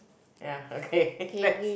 ya okay that's